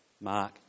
Mark